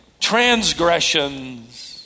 transgressions